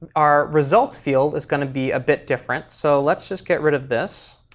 our results field is going to be a bit different. so let's just get rid of this.